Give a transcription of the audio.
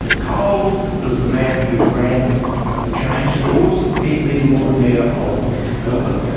coles was the man who ran the chain stores he'd been lord mayor of melbourne.